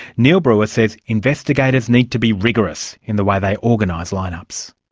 neil brewer says investigators need to be rigorous in the way they organise line-ups.